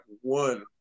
one